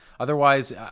Otherwise